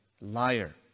liar